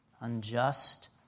unjust